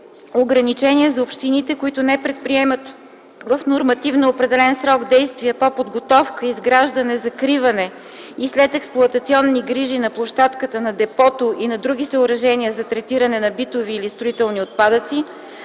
ограничения за общините, които не предприемат в нормативно определен срок действия по подготовка, изграждане, закриване и следексплоатационни грижи на площадката на депото и на други съоръжения за третиране на битови или строителни отпадъци